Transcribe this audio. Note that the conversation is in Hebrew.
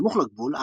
סמוך לגבול,